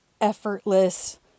effortless